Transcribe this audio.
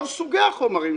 כל סוגי החומרים.